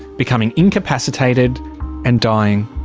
becoming incapacitated and dying.